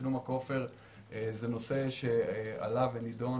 תשלום הכופר זה נושא שעלה ונידון,